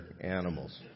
animals